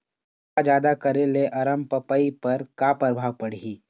हवा जादा करे ले अरमपपई पर का परभाव पड़िही?